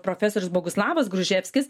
profesorius boguslavas gruževskis